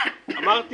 אז אמרתי